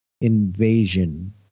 invasion